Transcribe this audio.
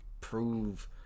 prove